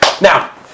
Now